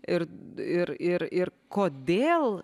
ir ir ir ir kodėl